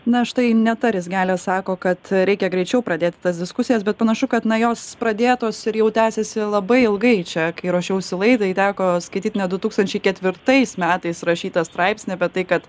na štai ineta rizgelė sako kad reikia greičiau pradėti tas diskusijas bet panašu kad na jos pradėtos ir jau tęsiasi labai ilgai čia kai ruošiausi laidai teko skaityt ne du tūkstančiai ketvirtais metais rašytą straipsnį apie tai kad